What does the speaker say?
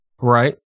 Right